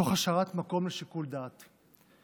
תוך השארת מקום לשיקול דעת.